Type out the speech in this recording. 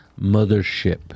Mothership